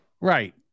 Right